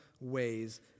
ways